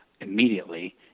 immediately